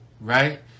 Right